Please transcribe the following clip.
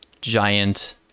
giant